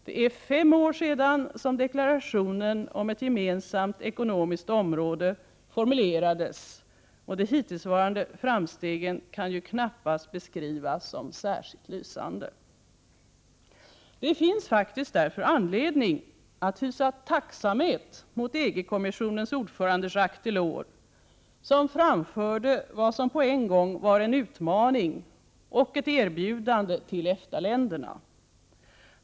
Det är fem år sedan som deklarationen om ett gemensamt ekonomiskt område formulerades, och de hittillsvarande framstegen kan ju knappast beskrivas som särskilt lysande. Det finns faktiskt därför anledning att hysa tacksamhet mot EG-kommissionens ordförande Jacques Delors, som framförde vad som på en gång var en utmaning och ett erbjudande till EFTA-länderna.